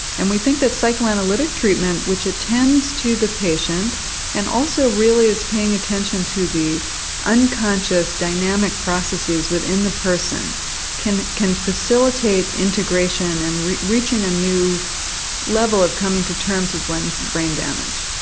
and we think that psychoanalytic treatment which attends to the patient and also really is paying attention to the unconscious dynamic processes within the person can can facilitate integration, and reaching a new level of coming to terms with one's brain damage.